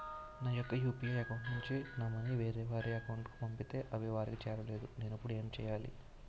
నా యెక్క UPI account నుంచి నా మనీ వేరే వారి అకౌంట్ కు పంపితే అవి వారికి చేరలేదు నేను ఇప్పుడు ఎమ్ చేయాలి?